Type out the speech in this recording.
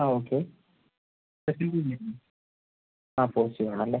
ആ okay test ആ positive ആണല്ലേ